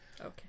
okay